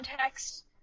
context